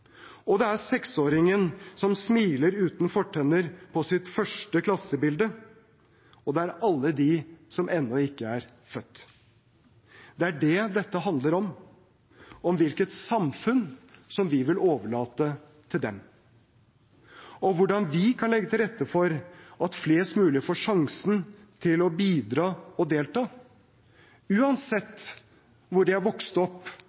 Det er 6-åringen som smiler uten fortenner på sitt første klassebilde. Og det er alle de som ennå ikke er født. Det er det dette handler om – hvilket samfunn vi vil overlate til dem, og hvordan vi kan legge til rette for at flest mulig får sjansen til å bidra og delta, uansett hvor de har vokst opp,